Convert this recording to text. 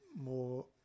more